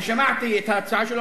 כששמעתי את ההצעה שלו,